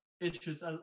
issues